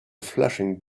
flashing